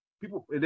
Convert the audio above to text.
people